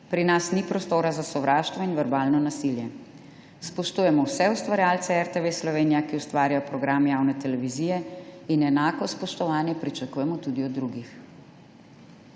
Pri nas ni prostora za sovraštvo in verbalno nasilje. Spoštujemo vse ustvarjalce RTV Slovenija, ki ustvarjajo program javne televizije in enako spoštovanje pričakujemo tudi od drugih.«